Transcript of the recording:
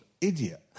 idiot